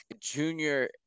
Junior